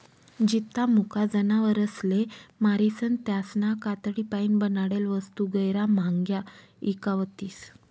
जित्ता मुका जनावरसले मारीसन त्यासना कातडीपाईन बनाडेल वस्तू गैयरा म्हांग्या ईकावतीस